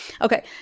Okay